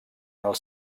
els